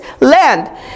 land